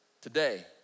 today